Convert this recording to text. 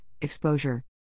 exposure